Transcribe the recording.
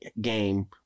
game